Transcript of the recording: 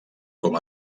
com